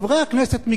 חברי הכנסת מקדימה,